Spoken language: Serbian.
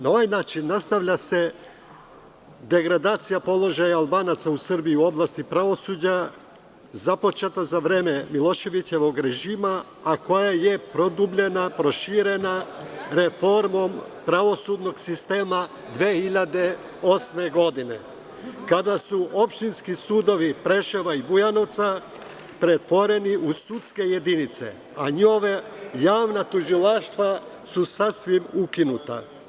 Na ovaj način, nastavlja se degradacija položaja Albanaca u Srbiji u oblasti pravosuđa, započeta za vreme Miloševićevog režima, a koja je produbljena, proširena, reformo pravosudnog sistema 2008. godine, kada su opštinski sudovi Preševa i Bujanovca pretvoreni u sudske jedinice, a njihova javna tužilaštva su sasvim ukinuta.